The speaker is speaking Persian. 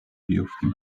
بیفتیم